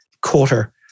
quarter